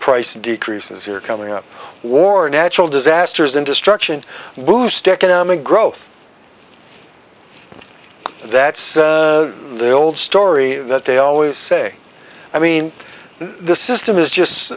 price decreases your coming up war natural disasters and destruction boost economic growth that's the old story that they always say i mean this is them is just